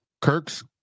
Kirk's